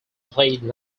played